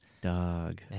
Dog